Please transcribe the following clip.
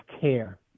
care